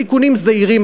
בתיקונים זעירים,